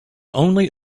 only